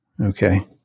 Okay